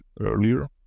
earlier